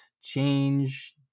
change